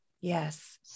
Yes